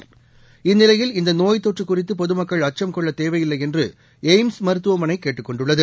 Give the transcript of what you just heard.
கொள்ளத் இந்நிலையில் இந்தநோய் தொற்றுகுறித்துபொதுமக்கள் அச்சம் தேவையில்லைஎன்றுஎய்ம்ஸ் மருத்துவமனைகேட்டுக் கொண்டுள்ளது